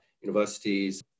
universities